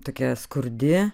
tokia skurdi